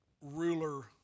ruler